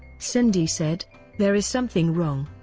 cindy said there is something wrong.